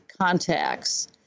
contacts